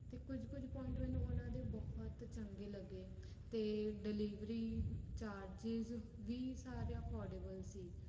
ਅਤੇ ਕੁਝ ਕੁਝ ਪੁਆਇੰਟ ਮੈਨੂੰ ਉਹਨਾਂ ਦੇ ਬਹੁਤ ਚੰਗੇ ਲੱਗੇ ਅਤੇ ਡਿਲੀਵਰੀ ਚਾਰਜਿਸ ਵੀ ਸਾਰੇ ਅਫੋਰਡੇਬਲ ਸੀ